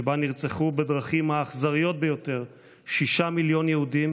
שבה נרצחו בדרכים האכזריות ביותר שישה מיליון יהודים,